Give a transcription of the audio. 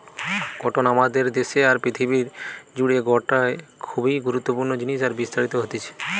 cotton আমাদের দেশে আর পৃথিবী জুড়ে গটে খুবই গুরুত্বপূর্ণ জিনিস আর বিস্তারিত হতিছে